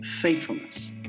faithfulness